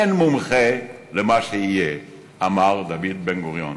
אין מומחה למה שיהיה", אמר דוד בן-גוריון.